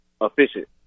efficient